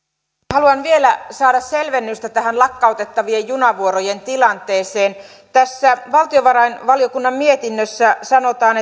haluan vielä saada selvennystä tähän lakkautettavien junavuorojen tilanteeseen tässä valtiovarainvaliokunnan mietinnössä sanotaan